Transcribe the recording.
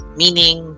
meaning